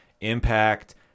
Impact